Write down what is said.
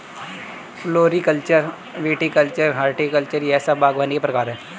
floriculture, viticulture, horticulture यह सब बागवानी के प्रकार है